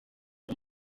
uri